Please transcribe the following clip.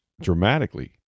dramatically